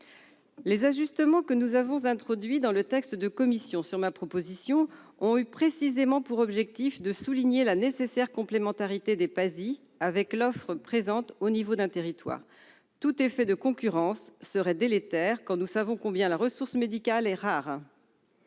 Les ajustements que nous avons introduits dans le texte de la commission, sur ma proposition, ont eu précisément pour objectif de souligner la nécessaire complémentarité des PASI avec l'offre présente à l'échelon d'un territoire. Tout effet de concurrence serait délétère, sachant combien la ressource médicale est rare.